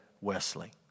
Wesley